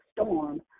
storm